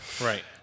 Right